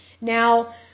Now